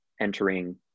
entering